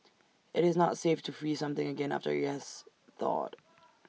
IT is not safe to freeze something again after IT has thawed